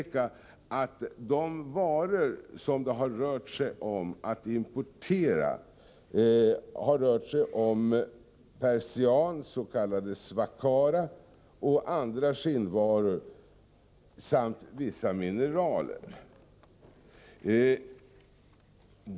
De varor som har varit aktuella att importera är persian — s.k. swakara — och andra skinnvaror samt vissa mineraler.